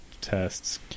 tests